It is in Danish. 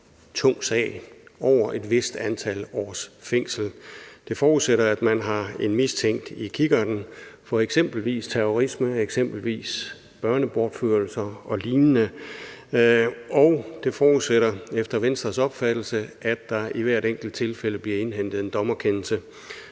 tung sag over et vist antal års fængsel. Det forudsætter, at man har en mistænkt i kikkerten for eksempelvis terrorisme, eksempelvis børnebortførelser og lignende, og det forudsætter efter Venstres opfattelse, at der i hvert enkelt tilfælde bliver indhentet en dommerkendelse